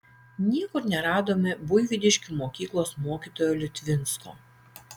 niekur neradome buivydiškių mokyklos mokytojo liutvinsko